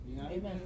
Amen